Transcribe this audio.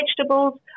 vegetables